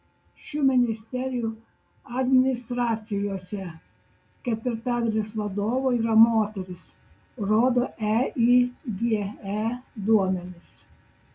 šių ministerijų administracijose ketvirtadalis vadovių yra moterys rodo eige duomenys